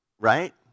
right